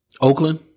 Oakland